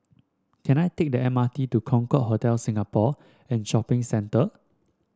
can I take the M R T to Concorde Hotel Singapore and Shopping Centre